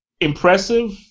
impressive